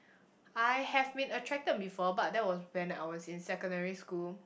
I have been attracted before but that was when I was in secondary school